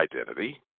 identity